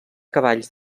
cavalls